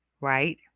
right